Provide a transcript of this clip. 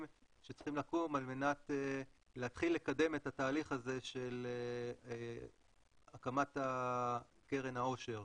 שצריכים לקום על מנת להתחיל לקדם את התהליך הזה של הקמת קרן העושר.